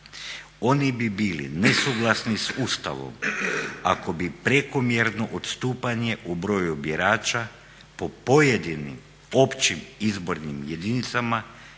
Oni bi bili nesuglasni sa Ustavom ako bi prekomjerno odstupanje u broju birača po pojedinim općim izbornim jedinicama